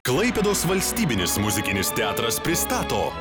klaipėdos valstybinis muzikinis teatras pristato